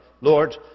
Lord